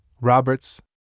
Roberts